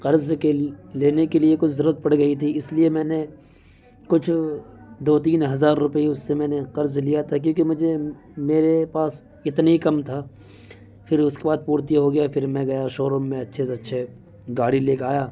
قرض کے لینے کے لیے کچھ ضرورت پڑ گئی تھی اس لیے میں نے کچھ دو تین ہزار روپے اس سے میں نے قرض لیا تھا کیوں کہ مجھے میرے پاس اتنے ہی کم تھا پھر اس کے بعد پورتی ہو گیا پھر میں گیا شو روم میں اچھے سے اچھے گاڑی لے کے آیا